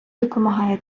допомагає